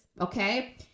okay